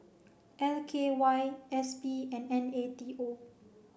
L K Y S P and N A T O